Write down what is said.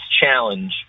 challenge